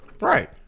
Right